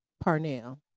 Parnell